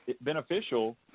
beneficial